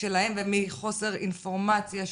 שלהם ומחוסר אינפורמציה.